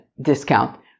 discount